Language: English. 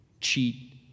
cheat